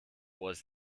was